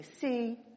see